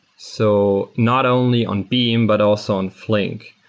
so not only on beam, but also on flink.